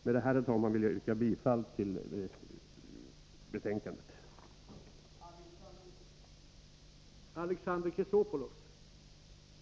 Med detta, herr talman, vill jag yrka bifall till utskottets hemställan.